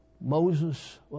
Moses